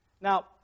Now